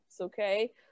Okay